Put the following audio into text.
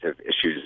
issues